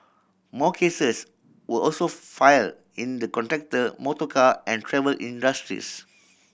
more cases were also file in the contractor motorcar and travel industries